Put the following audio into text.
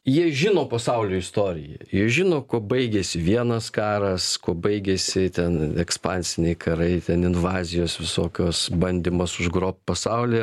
jie žino pasaulio istoriją jie žino kuo baigėsi vienas karas kuo baigėsi ten ekspansiniai karai ten invazijos visokios bandymas užgrobt pasaulį